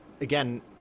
again